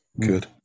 Good